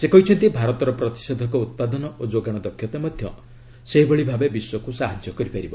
ସେ କହିଛନ୍ତି ଭାରତର ପ୍ରତିଷେଧକ ଉତ୍ପାଦନ ଓ ଯୋଗାଣ ଦକ୍ଷତା ମଧ୍ୟ ସେହିଭଳି ଭାବେ ବିଶ୍ୱକୁ ସାହାଯ୍ୟ କରିପାରିବ